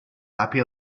happy